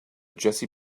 jessie